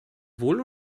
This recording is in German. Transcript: wohl